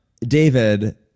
David